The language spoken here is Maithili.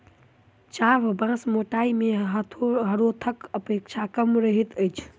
चाभ बाँस मोटाइ मे हरोथक अपेक्षा कम रहैत अछि